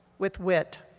with wit,